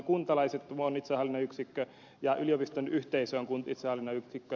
kuntalaiset on itsehallinnon yksikkö ja yliopiston yhteisö on kuin itsehallinnon yksikkö